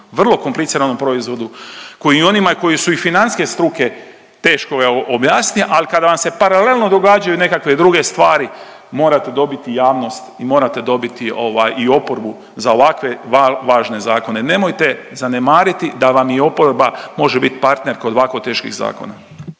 vrlo kompliciranom proizvodu koji i onima koji su financijske struke teško je objasniti, al kad vam se paralelno događaju nekakve druge stvari, morate dobit i javnost i morate dobiti ovaj i oporbu za ovakve važne zakone. Nemojte zanemariti da vam i oporba može bit partner kod ovako teških zakona.